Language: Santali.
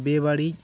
ᱵᱩᱜᱤ ᱵᱟᱹᱲᱤᱡ